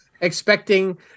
expecting